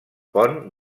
pont